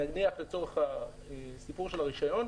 נניח לצורך הסיפור של הרישיון,